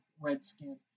Redskin